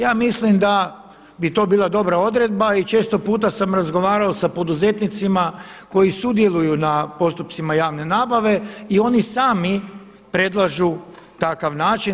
Ja mislim da bi to bila dobra odredba i često puta sam razgovarao sa poduzetnicima koji sudjeluju na postupcima javne nabave i oni sami predlažu takav način.